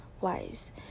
wise